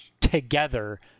together